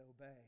obey